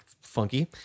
Funky